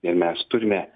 ir mes turime